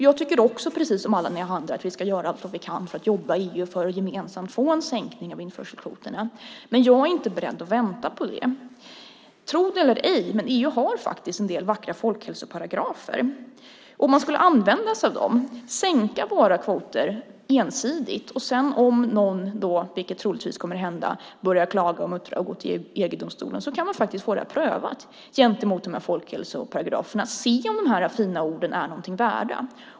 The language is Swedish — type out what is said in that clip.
Jag tycker, precis som alla ni andra, att vi ska göra allt vad vi kan och jobba i EU för att gemensamt få en sänkning av införselkvoterna, men jag är inte beredd att vänta på det. Tro det eller ej, men EU har faktiskt en del vackra folkhälsoparagrafer. Vi skulle kunna använda oss av dem och sänka våra kvoter ensidigt. Om någon sedan börjar klaga och muttra och går till EG-domstolen - vilket troligtvis kommer att hända - kan vi få detta prövat gentemot folkhälsoparagraferna och se om de fina orden är någonting värda.